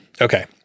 Okay